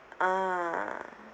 ah